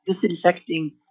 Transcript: disinfecting